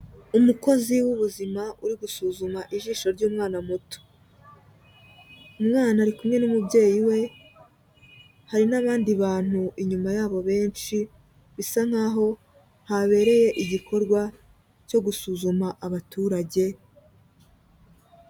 Umukozi w'ubuzima uri gusuzuma ijisho ry'umwana muto, umwana ari kumwe n'umubyeyi we, hari n'abandi bantu inyuma yabo benshi bisa nkaho habereye igikorwa cyo gusuzuma abaturage.